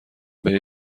بهش